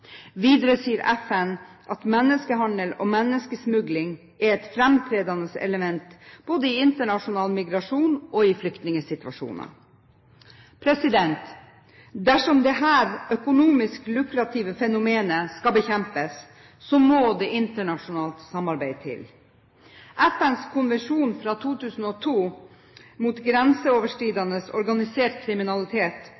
Videre sier FN at menneskehandel og menneskesmugling er et framtredende element både i internasjonal migrasjon og i flyktningsituasjoner. Dersom dette økonomisk lukrative fenomenet skal bekjempes, må det internasjonalt samarbeid til. FNs konvensjon fra 2002 mot